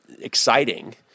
exciting